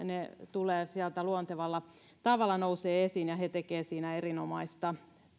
ne sieltä luontevalla tavalla nousevat esiin he tekevät siinä erinomaista